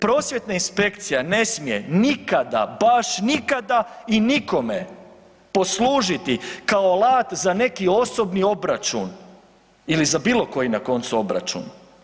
Prosvjetna inspekcija ne smije nikada, baš nikada i nikome poslužiti kao alat za neki osobni obračun ili za bilo koji na koncu obračun.